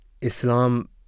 Islam